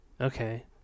Okay